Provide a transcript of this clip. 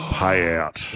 payout